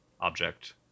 object